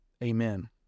Amen